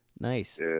Nice